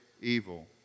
evil